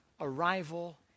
arrival